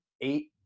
eight